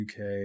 UK